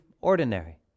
ordinary